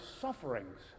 sufferings